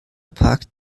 parkt